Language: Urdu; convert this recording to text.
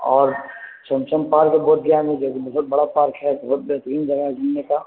اور سیمسم پارک ہے بودھ گیا میں جو بہت بڑا پارک ہے بہت بہترین جگہ ہے گھومنے کا